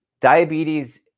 diabetes